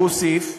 הוא הוסיף: